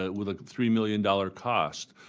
ah with a three million dollars cost.